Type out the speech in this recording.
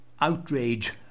outrage